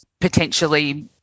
potentially